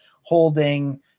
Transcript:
holding